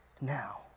now